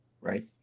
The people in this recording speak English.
right